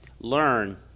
learn